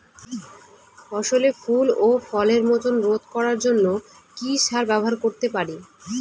ফসলের ফুল ও ফলের মোচন রোধ করার জন্য কি সার ব্যবহার করতে পারি?